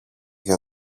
για